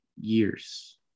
years